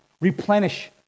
replenish